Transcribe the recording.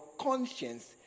conscience